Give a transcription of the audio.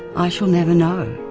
i shall never know.